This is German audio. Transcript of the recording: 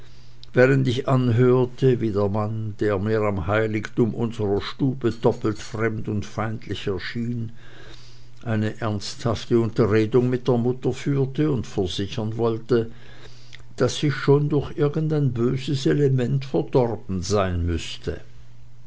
während ich anhörte wie der mann der mir im heiligtum unserer stube doppelt fremd und feindlich erschien eine ernsthafte unterredung mit der mutter führte und versichern wollte daß ich schon durch irgendein böses element verdorben sein müßte